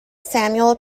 samuel